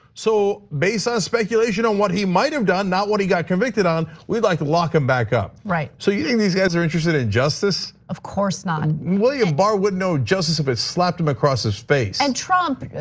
so based on ah speculation on what he might have done, not what he got convicted on, we'd like to lock them back up. right. so you think these guys are interested in justice? of course not. william barr wouldn't know justice if it slapped him across his face and trump,